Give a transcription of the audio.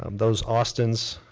um those austins,